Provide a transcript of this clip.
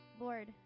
Lord